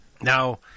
Now